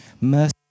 mercy